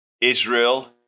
Israel